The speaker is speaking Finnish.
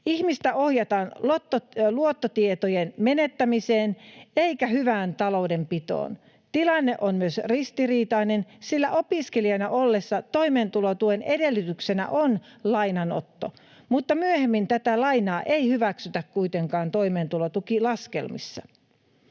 Ihmistä ohjataan luottotietojen menettämiseen eikä hyvään taloudenpitoon. Tilanne on myös ristiriitainen, sillä opiskelijana ollessa toimeentulotuen edellytyksenä on lainanotto, mutta myöhemmin tätä lainaa ei hyväksytä kuitenkaan toimeentulotukilaskelmissa.